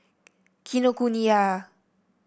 Kinokuniya